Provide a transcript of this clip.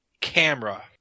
camera